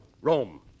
Rome